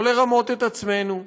לא לרמות את עצמנו,